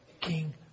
King